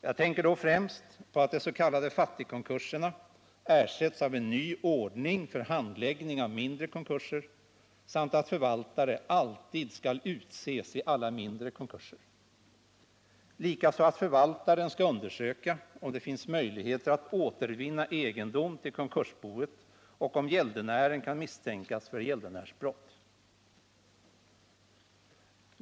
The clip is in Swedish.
Jag tänker då främst på att de s.k. fattigkonkurserna ersätts av en ny ordning för handläggning av mindre konkurser samt att förvaltare alltid skall utses i alla mindre konkurser, och likaså att förvaltaren skall undersöka om det finns möjlighet att återvinna egendom till konkursboet och om gäldenären kan misstänkas för gäldenärsbrott.